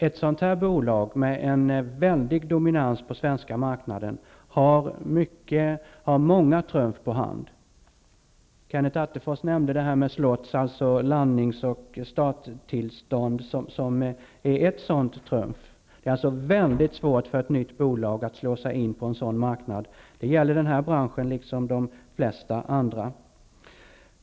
Ett sådant bolag med en stor dominans på svenska marknaden har många trumf på hand. Kenneth Attefors nämnde slots, dvs. landnings och starttillstånd, som ett sådant trumf. Det är mycket svårt för ett nytt bolag att slå sig in på en sådan marknad. Det gäller denna bransch liksom de flesta andra.